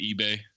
eBay